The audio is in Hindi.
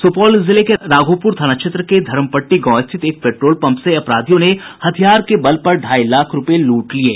सूपौल जिले के राघोपूर थाना क्षेत्र के धरमपट्टी गांव स्थित एक पेट्रोलपंप से अपराधियों ने हथियार के बल पर ढाई लाख रूपये लूट लिये